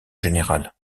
général